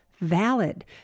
valid